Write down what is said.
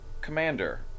Commander